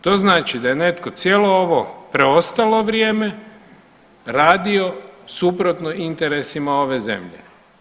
To znači da je netko cijelo ovo preostalo vrijeme radio suprotno interesima ove zemlje.